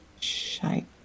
Shite